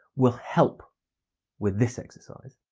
will help with this exercise.